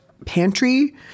Pantry